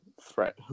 threat